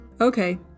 Okay